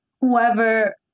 whoever